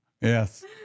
Yes